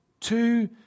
two